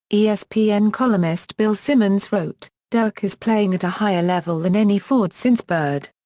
yeah espn columnist bill simmons wrote, dirk is playing at a higher level than any forward since bird.